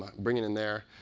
bringing in there,